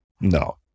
No